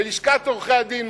ללשכת עורכי-הדין,